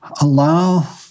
allow